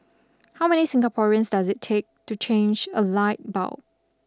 how many Singaporeans does it take to change a light bulb